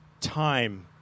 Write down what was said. time